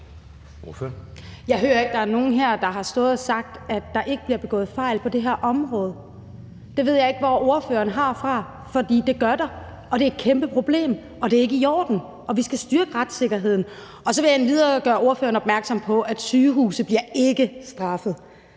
Jeg hører ikke, at der er nogen her, der har stået og sagt, at der ikke bliver begået fejl på det her område. Det ved jeg ikke hvor spørgeren har fra, for det gør der, og det er et kæmpe problem. Det er ikke i orden, og vi skal styrke retssikkerheden. Så vil jeg endvidere gøre spørgeren opmærksom på, at sygehuse ikke bliver straffet.